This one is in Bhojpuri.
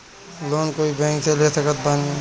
लोन कोई बैंक से ले सकत बानी?